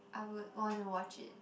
I would want to watch it